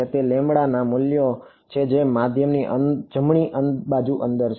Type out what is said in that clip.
તેથી લેમ્બડાના મૂલ્યો છે જે મધ્યમ જમણી અંદર છે